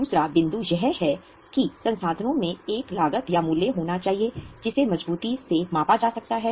दूसरा बिंदु यह है कि संसाधनों में एक लागत या मूल्य होना चाहिए जिसे मज़बूती से मापा जा सकता है